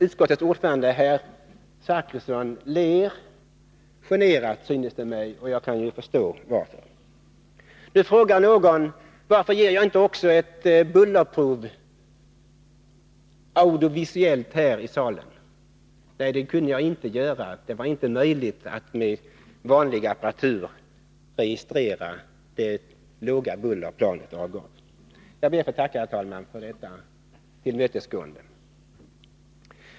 Utskottets ordförande, herr Zachrisson, ler generat, synes det mig, och jag kan förstå varför. Nu frågar väl någon: Varför gör han inte också en bullerdemonstration här i salen med audiovisuellt hjälpmedel? Nej, det kan jag inte göra. Det var inte möjligt att med vanlig apparatur registrera det låga buller planet avgav. Herr talman! Jag ber att få tacka för tillmötesgåendet.